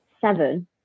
seven